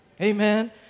Amen